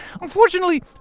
Unfortunately